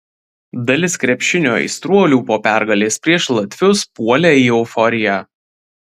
dalis krepšinio aistruolių po pergalės prieš latvius puolė į euforiją